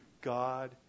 God